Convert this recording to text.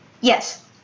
Yes